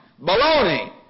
Baloney